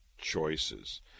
choices